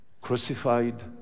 crucified